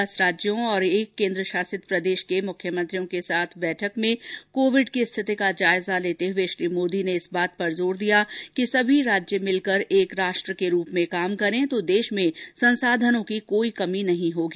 दस राज्यों और एक केंद्रशासित प्रदेश के मुख्यमंत्रियों के साथ बैठक में कोविड की स्थिति का जायजा ले हुए श्री मोदी ने इस बात पर जोर दिया कि सभी राज्य मिल कर एक राष्ट्र के रूप में कार्य करें तो देश में संसाधनों की कोई कमी नहीं होगी